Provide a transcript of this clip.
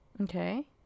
Okay